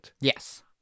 Yes